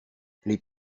les